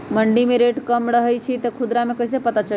मंडी मे रेट कम रही छई कि खुदरा मे कैसे पता चली?